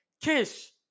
Kiss